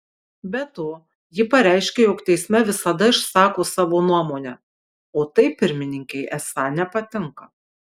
be to ji pareiškė jog teisme visada išsako savo nuomonę o tai pirmininkei esą nepatinka